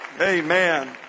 Amen